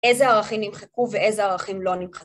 איזה ערכים נמחקו ואיזה ערכים לא נמחקו.